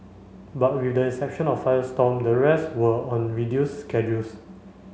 but with the exception of Firestorm the rest were on reduced schedules